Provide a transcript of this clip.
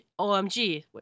OMG